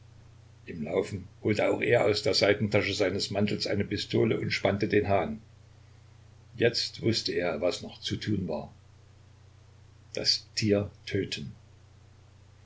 im laufen holte auch er aus der seitentasche seines mantels eine pistole und spannte den hahn jetzt wußte er was noch zu tun war das tier töten